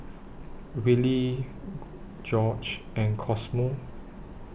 Willy Gorge and Cosmo